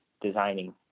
designing